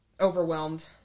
overwhelmed